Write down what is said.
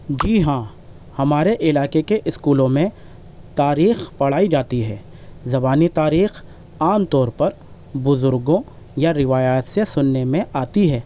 جی ہاں ہمارے علاقے کے اسکولوں میں تاریخ پڑھائی جاتی ہے زبانی تاریخ عام طور پر بزرگوں یا روایات سے سننے میں آتی ہے